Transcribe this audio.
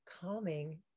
calming